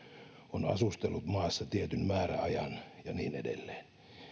on asustellut maassa tietyn määräajan ja niin edelleen